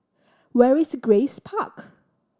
where is Grace Park